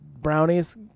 Brownies